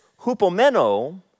hupomeno